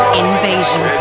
invasion